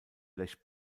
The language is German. lech